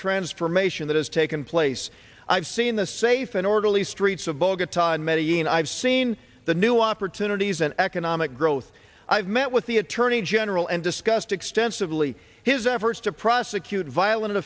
transformation that has taken place i've seen the safe and orderly streets of bogota in many and i've seen the new opportunities and economic growth i've met with the attorney general and discussed extensively his efforts to prosecute violent